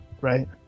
Right